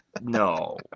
No